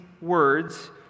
words